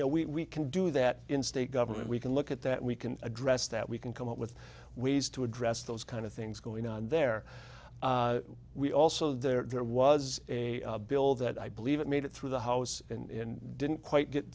you know we can do that in state government we can look at that we can address that we can come up with ways to address those kind of things going on there we also there was a bill that i believe it made it through the house in didn't quite get